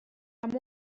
and